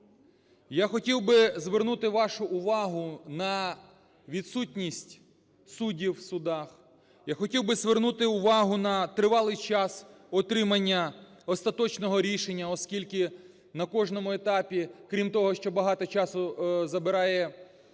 Я хотів би звернути вашу увагу на відсутність суддів в судах. Я хотів би звернути увагу на тривалий час отримання остаточного рішення, оскільки на кожному етапі, крім того, що багато часу забирає сам